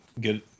get